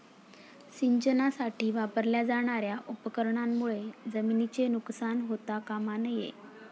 सिंचनासाठी वापरल्या जाणार्या उपकरणांमुळे जमिनीचे नुकसान होता कामा नये